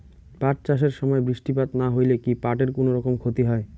পাট চাষ এর সময় বৃষ্টিপাত না হইলে কি পাট এর কুনোরকম ক্ষতি হয়?